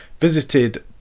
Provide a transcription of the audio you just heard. visited